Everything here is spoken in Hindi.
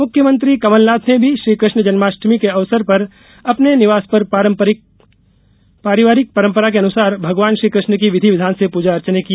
मुख्यमंत्री कमलनाथ ने भी श्री कृष्ण जन्माष्टमी के अवसर पर अपने निवास पर पारिवारिक परंपरा के अनुसार भगवान श्री कृष्ण की विधि विधान से पूजा अर्चना की